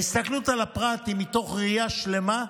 ההסתכלות על הפרט היא מתוך ראייה שלמה,